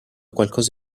qualcosa